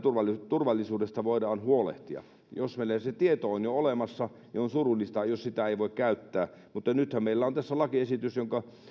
turvallisuudesta voidaan huolehtia jos meillä se tieto on jo olemassa niin on surullista jos sitä ei voi käyttää mutta nythän meillä on tässä lakiesitys jonka